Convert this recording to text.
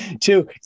two